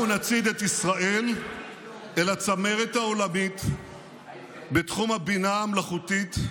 אנחנו נצעיד את ישראל אל הצמרת העולמית בתחום הבינה המלאכותית,